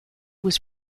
was